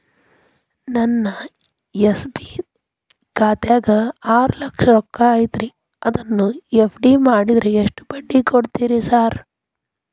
ನನ್ನ ಎಸ್.ಬಿ ಖಾತ್ಯಾಗ ಆರು ಲಕ್ಷ ರೊಕ್ಕ ಐತ್ರಿ ಅದನ್ನ ಎಫ್.ಡಿ ಮಾಡಿದ್ರ ಎಷ್ಟ ಬಡ್ಡಿ ಕೊಡ್ತೇರಿ ಸರ್?